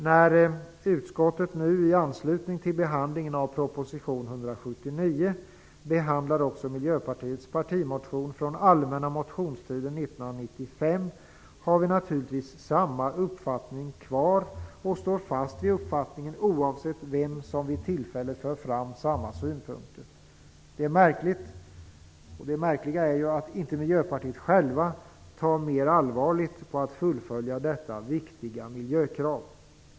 När utskottet nu i anslutning till behandlingen av proposition 179 behandlar också Miljöpartiets partimotion från allmänna motionstiden 1995 har vi naturligtvis kvar samma uppfattning och står fast vid den, oavsett vem som vid tillfället för fram sina synpunkter. Det märkliga är att Miljöpartiet självt inte tar mer allvarligt på att fullfölja detta viktiga miljökrav.